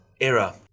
Era